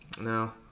no